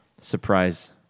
surprise